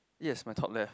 yes my top left